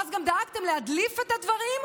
ואף דאגתם להדליף את הדברים,